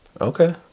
Okay